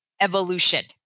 evolution